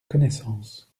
connaissance